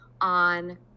on